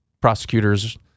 Prosecutors